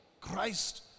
Christ